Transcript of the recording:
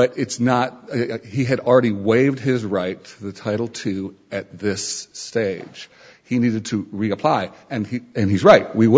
but it's not he had already waived his right to the title to at this stage he needed to reapply and he and he's right we would